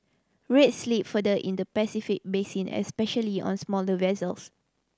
rates slipped further in the Pacific basin especially on smaller vessels